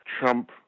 Trump